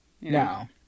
No